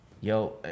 Yo